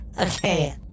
Okay